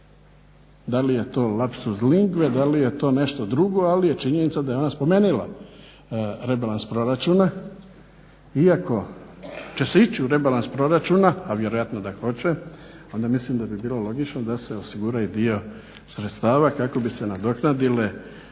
da li je to lapsus lingve, da li je to nešto drugo, ali je činjenica da je ona spomenula rebalans proračuna. Iako će se ići u rebalans proračuna, a vjerojatno da hoće onda mislim da bi bilo logično da se osigura i dio sredstava kako bi se nadoknadile ove štete koje